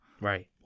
Right